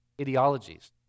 ideologies